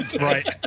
Right